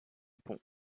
pont